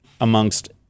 amongst